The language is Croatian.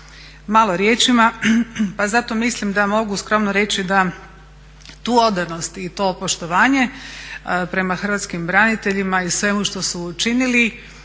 malo riječima. Pa zato mislim da mogu skromno reći da tu odanost i to poštovanje prema hrvatskim braniteljima i svemu što su učinili